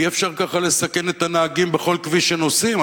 אי-אפשר כך לסכן את הנהגים בכל כביש שנוסעים,